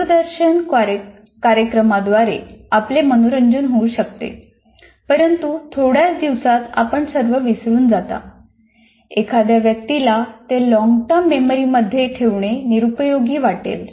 दूरदर्शन कार्यक्रमाद्वारे आपले मनोरंजन होऊ शकते परंतु थोड्याच दिवसात आपण सर्व विसरून जाता एखाद्या व्यक्तीला ते लॉन्गटर्म मेमरी मध्ये ठेवणे निरुपयोगी वाटेल